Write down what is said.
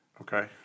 Okay